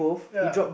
ya